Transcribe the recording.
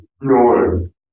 norm